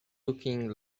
looking